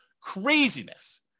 Craziness